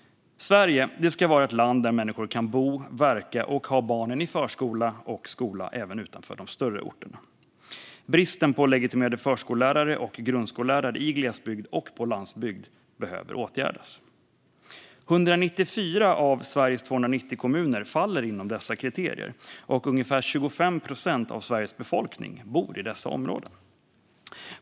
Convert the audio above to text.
Sverige ska vara ett land där människor kan bo och verka och ha barnen i förskola och skola även utanför de större orterna. Bristen på legitimerade förskollärare och grundskollärare i glesbygd och på landsbygd behöver åtgärdas. 194 av Sveriges 290 kommuner faller inom dessa kriterier, och ungefär 25 procent av Sveriges befolkning bor i dessa områden.